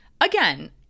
again